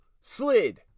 slid